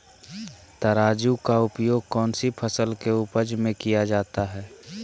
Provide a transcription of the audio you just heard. तराजू का उपयोग कौन सी फसल के उपज में किया जाता है?